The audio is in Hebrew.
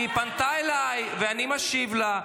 היא פנתה אליי ואני משיב לה.